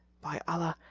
by allah,